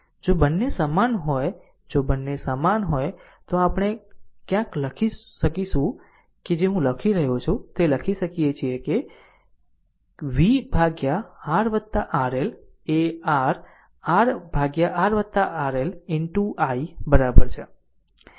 જો બંને સમાન હોય જો બંને સમાન હોય તો આપણે ક્યાંક લખી શકું છું જે હું લખી રહ્યો છું તે લખી શકીએ છીએ કેv RRL એ r R RRL into i બરાબર છે